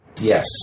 Yes